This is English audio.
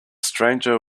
stranger